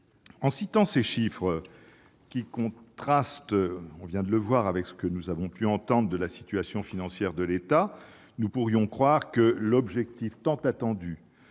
En citant ces chiffres, qui contrastent avec ce que nous avons pu entendre de la situation financière de l'État, nous pourrions croire que l'objectif tant attendu